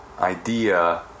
idea